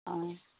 অঁ